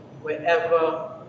wherever